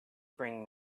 bring